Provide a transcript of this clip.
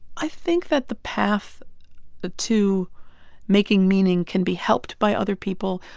i think that the path to making meaning can be helped by other people,